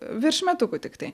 virš metukų tiktai